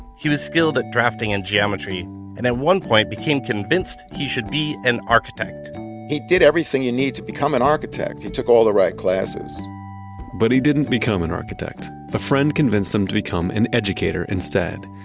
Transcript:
he was skilled at drafting and geometry and at one point became convinced he should be an architect he did everything you needed to become an architect. he took all the right classes but he didn't become an architect. a friend convinced him to become an educator instead.